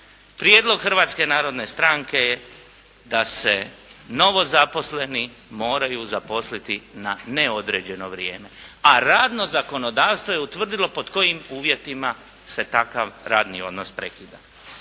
Prijedlog Hrvatske narodne stranke je da se novo zaposleni moraju zaposliti na neodređeno vrijeme. A radno zakonodavstvo je utvrdilo pod kojim uvjetima se takav radni odnos prekida.